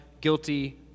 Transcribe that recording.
guilty